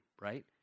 right